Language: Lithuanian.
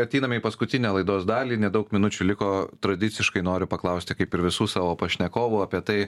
ateidami į paskutinę laidos dalį nedaug minučių liko tradiciškai noriu paklausti kaip ir visų savo pašnekovų apie tai